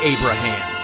Abraham